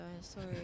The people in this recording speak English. Sorry